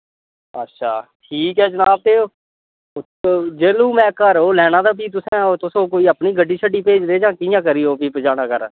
अच्छा ठीक ऐ जनाब ते तुस जिसलै मैं घर ओह् लैना ते फ्ही तुसें ओ तुस कोई अपनी गड्डी शड्डी भेजदे जां कि'यां करी ओह् पजाना फ्ही घर